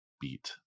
beat